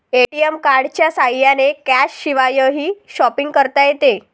ATM कार्डच्या साह्याने कॅशशिवायही शॉपिंग करता येते